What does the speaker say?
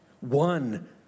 One